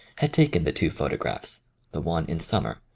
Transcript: had taken the two photographs the one in summer,